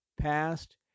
Past